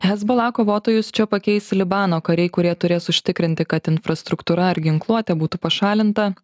hezbola kovotojus čia pakeis libano kariai kurie turės užtikrinti kad infrastruktūra ar ginkluotė būtų pašalinta